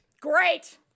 great